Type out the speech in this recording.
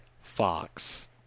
Fox